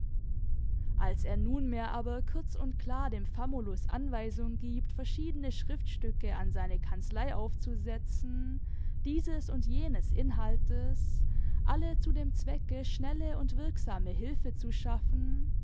als er nunmehr aber kurz und klar dem famulus anweisung gibt verschiedene schriftstücke an seine kanzlei aufzusetzen dieses und jenes inhaltes alle zu dem zwecke schnelle und wirksame hilfe zu schaffen